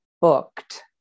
booked